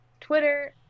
Twitter